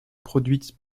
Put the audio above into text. produite